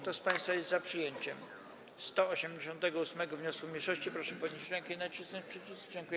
Kto z państwa jest za przyjęciem 188. wniosku mniejszości, proszę podnieść rękę i nacisnąć przycisk.